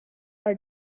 are